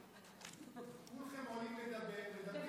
כולכם עולים לדבר, מדברים